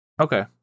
Okay